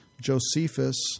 Josephus